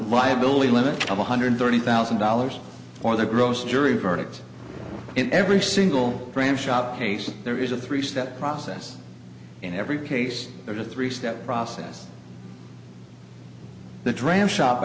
liability limit of one hundred thirty thousand dollars for the gross jury verdicts in every single frame shop cases there is a three step process in every case there is a three step process the dram shop